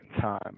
time